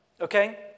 okay